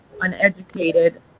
uneducated